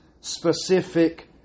specific